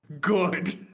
Good